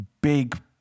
big